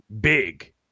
big